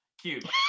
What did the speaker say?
cute